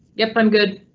yep, i'm good.